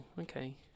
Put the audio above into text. okay